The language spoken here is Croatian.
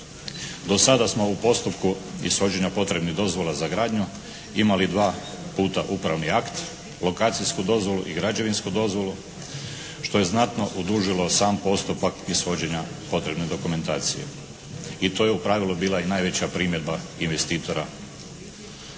Do sada smo u postupku ishođenja potrebnih dozvola za gradnju imali dva puta upravni akt, lokacijsku dozvolu i građevinsku dozvolu što je znatno odužilo sam postupak ishođenja potrebne dokumentacije. I to je u pravilu bila i najveća primjedba investitora